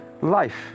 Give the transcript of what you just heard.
life